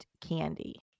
candy